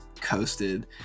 coasted